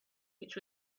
which